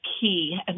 Key